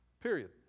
period